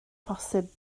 posib